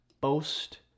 boast